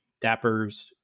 Dappers